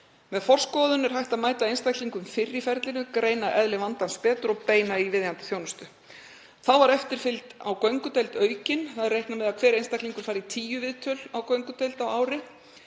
Með forskoðun er hægt að mæta einstaklingum fyrr í ferlinu, greina eðli vandans betur og beina í viðeigandi þjónustu. Þá var eftirfylgd á göngudeild aukin. Reiknað er með að hver einstaklingur fari í tíu viðtöl á göngudeild á ári.